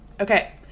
Okay